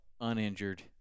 uninjured